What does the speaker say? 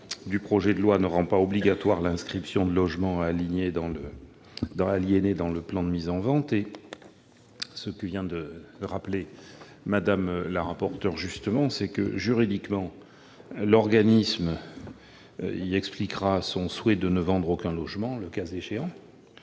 du projet de loi ne rend pas obligatoire l'inscription de logements aliénés dans le plan de mise en vente. Sur un plan juridique, Mme la rapporteur vient de le rappeler, l'organisme y expliquera son souhait de ne vendre aucun logement le cas échéant,